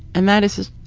and that is as,